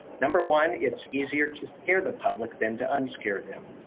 number one, it's easier to scare the public than to unscarred them.